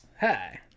Hi